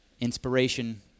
Inspiration